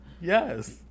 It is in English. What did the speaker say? yes